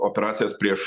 operacijas prieš